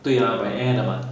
对 ah by air 的 mah